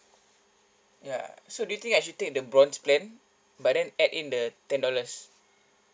yeah so do you think I should take the bronze plan but then add in the ten dollars